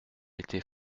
était